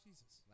Jesus